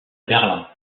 berlin